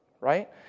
right